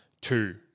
two